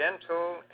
gentle